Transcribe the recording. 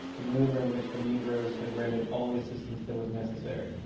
a manoeuvre in which the negroes had rendered all the assistance that was necessary.